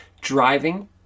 driving